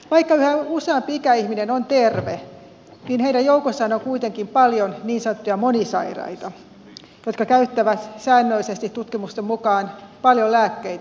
vaikka yhä useampi ikäihminen on terve niin heidän joukossaan on kuitenkin paljon niin sanottuja monisairaita jotka tutkimusten mukaan käyttävät säännöllisesti paljon lääkkeitä